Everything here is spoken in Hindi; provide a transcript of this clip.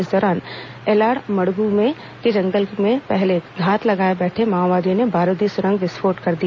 इस दौरान एलाड़मड़ग् के जंगल में पहले से घात लगाए बैठे माओवादियों ने बारूदी सुरंग विस्फोट कर दिया